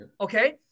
okay